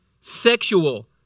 sexual